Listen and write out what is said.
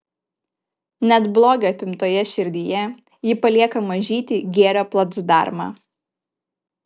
net blogio apimtoje širdyje ji palieka mažytį gėrio placdarmą